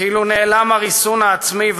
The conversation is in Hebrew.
כאילו נעלם הריסון העצמי,